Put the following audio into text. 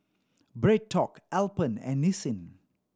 BreadTalk Alpen and Nissin